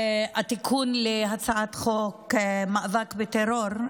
התיקון לחוק המאבק בטרור,